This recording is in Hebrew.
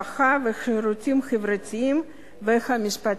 הרווחה והשירותים החברתיים והמשפטים.